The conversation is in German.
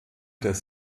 des